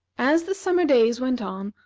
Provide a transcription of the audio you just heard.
as the summer days went on,